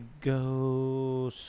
go